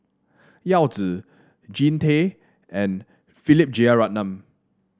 Yao Zi Jean Tay and Philip Jeyaretnam